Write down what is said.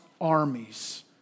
armies